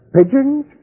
Pigeons